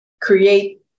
create